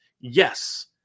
Yes